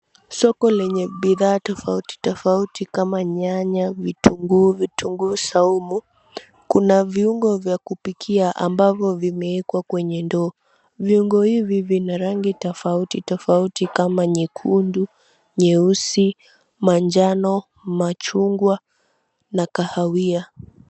Soko lenye bidhaa tofauti tofauti kama nyanya, vitunguu, vitunguu saumu. Kuna viungo vya kupikia ambavyo vimeekwa kwenye ndoo. Viungo hivi vina rangi tofauti tofauti kama nyekundu, nyeusi, manjano, machungwa na kahawia.